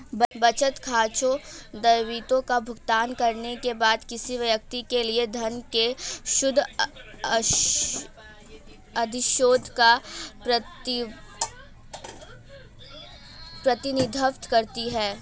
बचत, खर्चों, दायित्वों का भुगतान करने के बाद किसी व्यक्ति के लिए धन के शुद्ध अधिशेष का प्रतिनिधित्व करती है